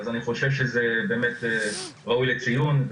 אני חושב שזה באמת ראוי לציון.